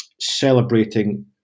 celebrating